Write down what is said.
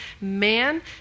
Man